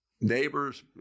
neighbors